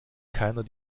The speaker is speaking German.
keiner